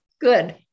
good